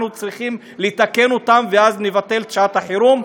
צריכים לתקן אותם ואז נבטל את שעת החירום,